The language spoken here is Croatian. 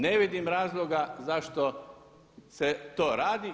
Ne vidim razloga zašto se to radi.